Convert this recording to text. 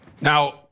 Now